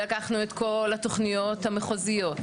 ולקחנו את כל התוכניות המחוזיות.